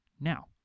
Now